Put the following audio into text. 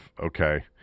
okay